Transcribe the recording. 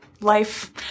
life